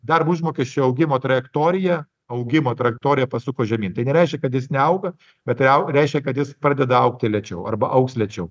darbo užmokesčio augimo trajektorija augimo trajektorija pasuko žemyn tai nereiškia kad jis neauga bet tai au reiškia kad jis pradeda augti lėčiau arba augs lėčiau